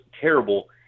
terrible